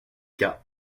qu’à